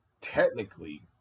technically